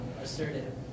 assertive